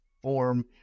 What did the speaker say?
form